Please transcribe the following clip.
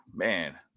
Man